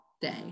day